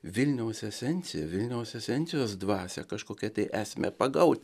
vilniaus esenciją vilniaus esencijos dvasią kažkokia tai esmę pagaut